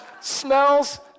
Smells